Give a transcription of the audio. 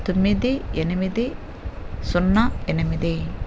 తొమ్మిది ఎనిమిది సున్నా ఎనిమిది